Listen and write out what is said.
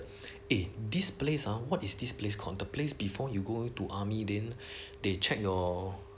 eh this place ah what is this place called the place before you go to army then they checked your